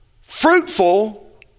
fruitful